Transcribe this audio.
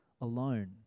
alone